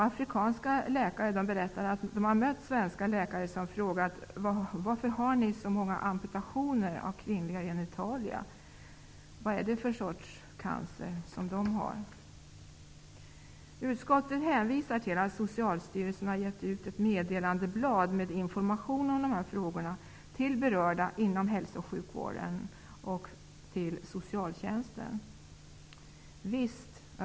Afrikanska läkare berättar att de mött svenska läkare som frågat: ''Varför har ni så många amputationer av kvinnliga genitalier? Vilken sorts cancer har dessa kvinnor?'' Utskottet hänvisar till att Socialstyrelsen givit ut ett meddelandeblad med information om dessa frågor till berörda inom hälso och sjukvården och till socialtjänsten.